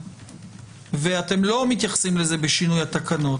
ואתם לא מתייחסים לזה בשינוי התקנות,